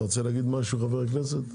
אתה רוצה להגיד משהו, חבר הכנסת?